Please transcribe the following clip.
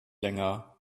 länger